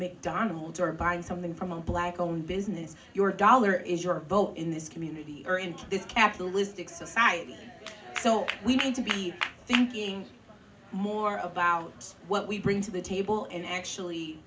mcdonald's or buying something from a black owned business your dollar is your vote in this community or in this capitalistic society so we need to be thinking more about what we bring to the table and actually